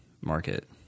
market